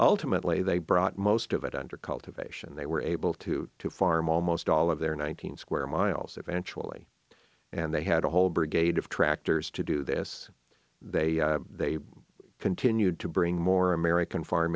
ultimately they brought most of it under cultivation they were able to farm almost all of their nine hundred square miles eventually and they had a whole brigade of tractors to do this they they continued to bring more american farm